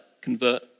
convert